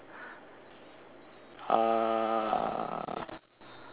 uh